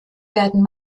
werden